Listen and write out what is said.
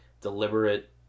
deliberate